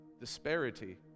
disparity